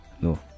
no